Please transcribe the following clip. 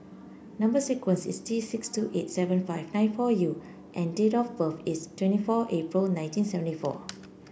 number sequence is T six two eight seven five nine four U and date of birth is twenty four April nineteen seventy four